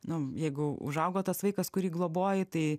nu jeigu užaugo tas vaikas kurį globoji tai